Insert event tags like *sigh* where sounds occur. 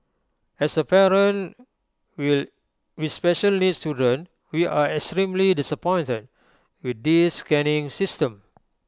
as A parent *unintelligible* with special needs children we are extremely disappointed with this scanning system